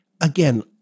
again